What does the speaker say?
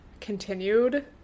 continued